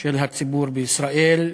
של הציבור בישראל,